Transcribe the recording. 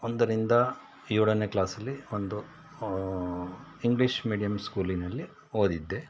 ಒಂದರಿಂದ ಏಳನೇ ಕ್ಲಾಸಲ್ಲಿ ಒಂದು ಇಂಗ್ಲೀಷ್ ಮೀಡಿಯಮ್ ಸ್ಕೂಲಿನಲ್ಲಿ ಓದಿದ್ದೆ